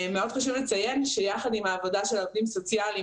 מאוד חשוב לציין שיחד עם העבודה של העובדים הסוציאליים